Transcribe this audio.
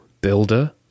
builder